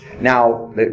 now